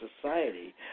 society